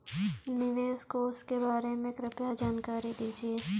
निवेश कोष के बारे में कृपया जानकारी दीजिए